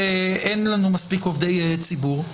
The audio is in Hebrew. כי אין לנו מספיק עובדי ציבור,